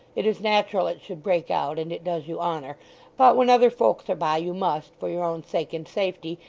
it is natural it should break out, and it does you honour but when other folks are by, you must, for your own sake and safety,